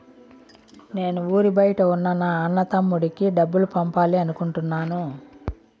నేను ఊరి బయట ఉన్న నా అన్న, తమ్ముడికి డబ్బులు పంపాలి అనుకుంటున్నాను